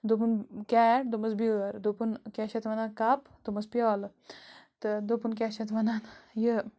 دوٚپُن کیٹ دوٚپمَس بیٛٲر دوٚپُن کیٛاہ چھِ اَتھ وَنان کَپ دوٚپمَس پیٛالہٕ تہٕ دوٚپُن کیٛاہ چھِ اَتھ وَنان یہِ